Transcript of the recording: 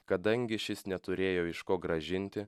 kadangi šis neturėjo iš ko grąžinti